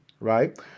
right